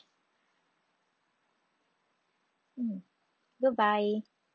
mm goodbye